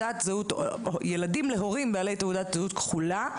ילדים להורים בעלי תעודת-זהות כחולה,